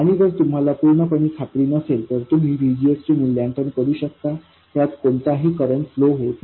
आणि जर तुम्हाला पूर्णपणे खात्री नसेल तर तुम्ही VGS चे मूल्यांकन करू शकता त्यात कोणताही करंट फ्लो होत नाही